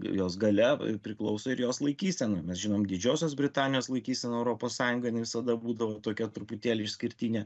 jos galia priklauso ir jos laikysena mes žinom didžiosios britanijos laikyseną europos sąjungoj jinai visada būdavo tokia truputėlį išskirtinė